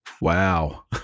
Wow